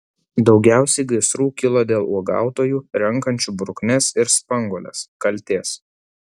daugiausiai gaisrų kilo dėl uogautojų renkančių bruknes ir spanguoles kaltės